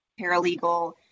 paralegal